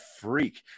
freak